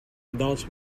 adults